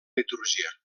litúrgia